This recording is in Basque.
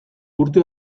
urte